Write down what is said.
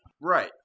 Right